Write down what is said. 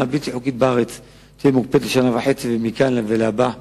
הבלתי-חוקית תהיה מוקפאת לשנה וחצי ומכאן ולהבא יש,